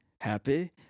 happy